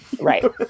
Right